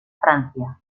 francia